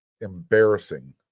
embarrassing